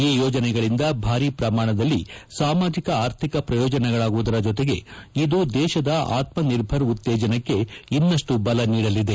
ಈ ಯೋಜನೆಗಳಿಂದ ಭಾರಿ ಪ್ರಮಾಣದಲ್ಲಿ ಸಾಮಾಜಿಕ ಆರ್ಥಿಕ ಪ್ರಯೋಜನಗಳಾಗುವ ಜತೆಗೆ ಇದು ದೇಶದ ಆತ್ಮನಿರ್ಭರ್ ಉತ್ತೇಜನಕ್ಕೆ ಇನ್ನಷ್ಟು ಬಲ ನೀಡಲಿದೆ